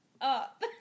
up